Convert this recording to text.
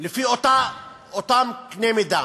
לפי אותו קנה מידה.